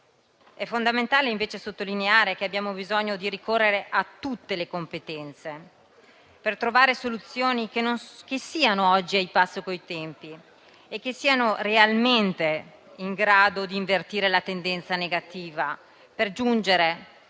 È fondamentale invece sottolineare che abbiamo bisogno di ricorrere a tutte le competenze per trovare soluzioni che siano oggi al passo con i tempi e che siano realmente in grado di invertire la tendenza negativa, per giungere